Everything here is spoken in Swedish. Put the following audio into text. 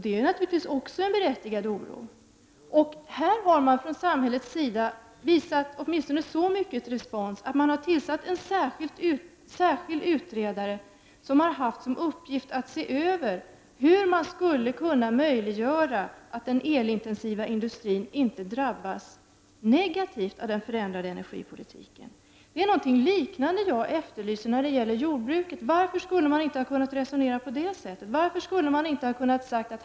Detta är också en berättigad oro, men här har man fi minstone visat så mycket respo samhällets sida åts att man tillsatt en särskild utredare för att se över hur man skall möjliggöra att den elintensiva industrin inte skall drabbas negativt av den förändrade energipolitiken. Det är någonting liknande jag efterlyser när det gäller jordbruket. Varför skulle man inte kunnat resonera på det sättet?